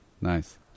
Nice